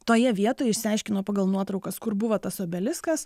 toje vietoje išsiaiškino pagal nuotraukas kur buvo tas obeliskas